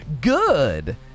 Good